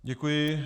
Děkuji.